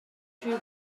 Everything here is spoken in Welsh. rhyw